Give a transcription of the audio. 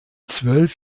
zwölf